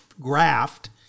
graft